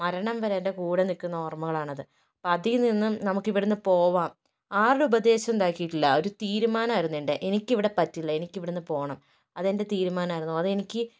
മരണം വരെ എൻ്റെ കൂടെ നിൽക്കുന്ന ഓർമ്മകളാണത് അതിൽ നിന്നും നമുക്കിവിടുന്ന് പോകാം ആരുടെ ഉപദേശം ഇതാക്കിയിട്ടില്ല ഒരു തീരുമാനമായിരുന്നു എൻ്റെ എനിക്ക് ഇവിടെ പറ്റില്ല എനിക്കിവിടുന്ന് പോകണം അതെൻ്റെ തീരുമാനമായിരുന്നു അതെനിക്ക്